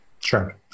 Sure